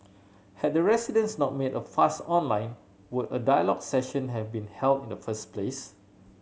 had the residents not made a fuss online would a dialogue session have been held in the first place